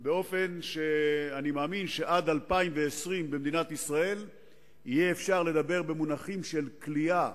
כך שאני מאמין שעד 2020 יהיה אפשר לדבר במונחים של כליאת